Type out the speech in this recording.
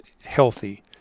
healthy